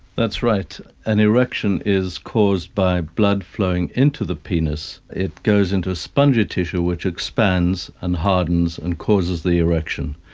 that's right. an erection is caused by blood flowing into the penis. it goes into a spongy tissue which expands and hardens and causes the erection.